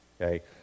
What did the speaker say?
okay